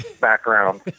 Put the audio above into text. background